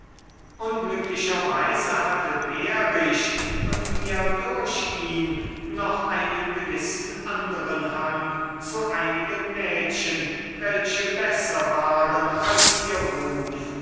unglücklicherweise hatte behrisch und wir durch ihn noch einen gewissen anderen hang zu einigen mädchen welche besser waren als ihr ruf